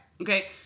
Okay